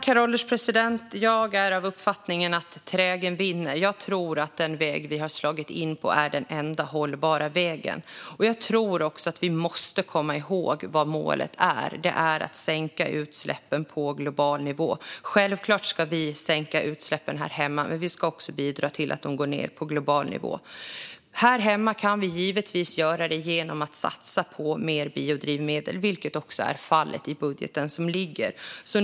Herr ålderspresident! Jag är av uppfattningen att trägen vinner. Jag tror att den väg vi har slagit in på är den enda hållbara vägen. Jag tror också att vi måste komma ihåg vad målet är, nämligen att sänka utsläppen på global nivå. Självklart ska vi sänka utsläppen här hemma, men vi ska också bidra till att de sjunker på global nivå. Här hemma kan vi givetvis satsa på mer biodrivmedel, vilket också är fallet i den liggande budgeten.